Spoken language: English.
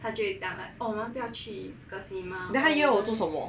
then 他约我做什么